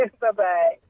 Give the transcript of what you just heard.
Bye-bye